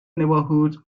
neighborhood